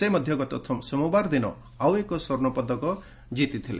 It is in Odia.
ସେ ମଧ୍ୟ ଗତ ସୋମବାର ଦିନ ଆଉ ଏକ ସ୍କର୍ଶ୍ଣ ପଦକ ଜିତିଥିଲେ